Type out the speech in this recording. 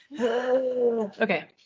Okay